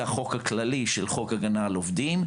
החוק הכללי של חוק הגנה על עובדים,